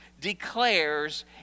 declares